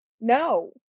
no